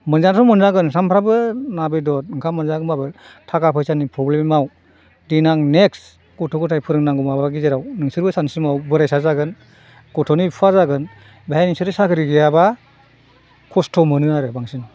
मोजांथ' मोनजागोन सानफ्रोमबो ना बेदर ओंखाम मोनजागोनबाबो थाखा फैसानि प्रब्लेमाव देनां नेक्स्त गथ' गथाय फोरोंनांगौ माबानि गेजेराव नोंसोरबो सानसे समाव बोरायसा जागोन गथ'नि बिफा जागोन बेहाय नोंसोरो साख्रि गैयाबा खस्त' मोनो आरो बांसिन